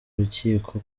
urukiko